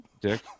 dick